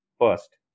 first